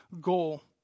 goal